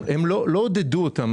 הם לא עודדו אותם.